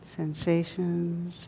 sensations